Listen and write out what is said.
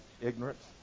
ignorance